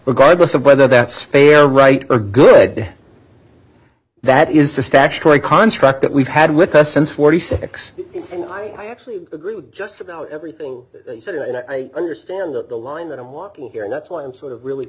regardless of whether that's fair or right or good that is a statutory contract that we've had with us since forty six and i actually agree with just about everything he said and i understand that the line that i'm walking here and that's why i'm sort of really